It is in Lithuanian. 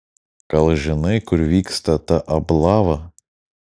gal žinai kur vyksta ta ablava